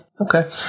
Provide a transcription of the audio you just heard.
Okay